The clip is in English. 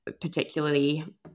particularly